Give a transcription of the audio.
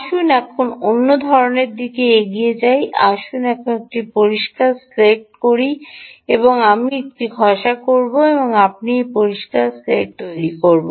আসুন এখন অন্য ধরণের দিকে এগিয়ে যাই আসুন এখন একটি পরিষ্কার স্লেট করি সুতরাং আমি এটি ঘষা করব এবং আমি একটি পরিষ্কার স্লেট তৈরি করব